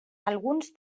alguns